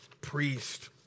priest